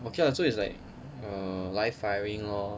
okay lah so it's like uh live firing lor